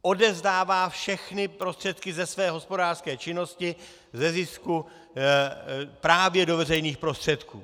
Odevzdává všechny prostředky ze své hospodářské činnosti, ze zisku právě do veřejných prostředků.